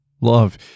love